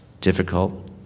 difficult